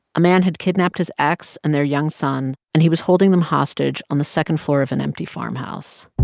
a man had kidnapped his ex and their young son, and he was holding them hostage on the second floor of an empty farmhouse.